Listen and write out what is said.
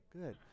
Good